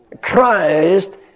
Christ